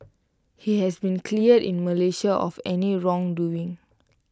he has been cleared in Malaysia of any wrongdoing